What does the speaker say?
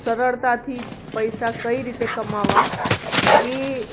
સરળતાથી પૈસા કઈ રીતે કમાવા એ